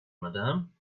madam